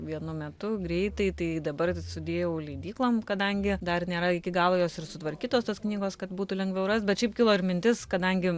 vienu metu greitai tai dabar sudėjau leidyklom kadangi dar nėra iki galo jos ir sutvarkytos tos knygos kad būtų lengviau rast bet šiaip kilo ir mintis kadangi